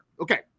Okay